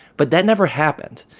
but that never happened,